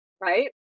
Right